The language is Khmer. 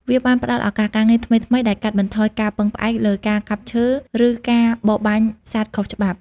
វាបានផ្តល់ឱកាសការងារថ្មីៗដែលកាត់បន្ថយការពឹងផ្អែកលើការកាប់ឈើឬការបរបាញ់សត្វខុសច្បាប់។